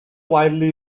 widely